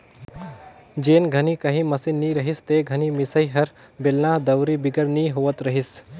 जेन घनी काही मसीन नी रहिस ते घनी मिसई हर बेलना, दउंरी बिगर नी होवत रहिस